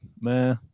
meh